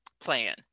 plan